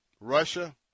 Russia